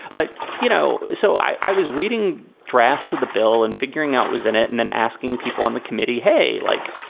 but, you know, so i was reading drafts of the bill and figuring out was in it and then asking people on the committee, hey, like,